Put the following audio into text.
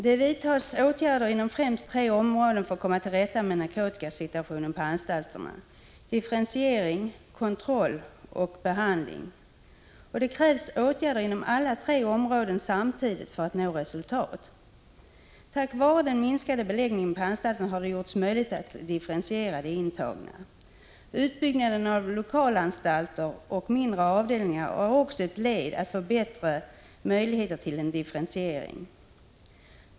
Det vidtas åtgärder inom främst tre områden för att komma till rätta med narkotikasituationen på anstalterna: differentiering, kontroll och behandling. Det krävs åtgärder inom alla tre områdena samtidigt för att nå resultat. Tack vare den minskade beläggningen på anstalterna har det varit möjligt att differentiera de intagna. Utbyggnaden av lokalanstalter och mindre avdelningar är också ett led i arbetet på att förbättra möjligheterna till en differentiering.